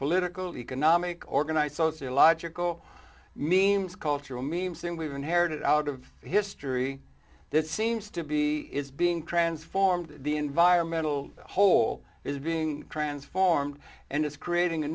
political economic organized sociological means cultural means and we've inherited out of history this seems to be is being transformed the environmental whole is being transformed and it's creating a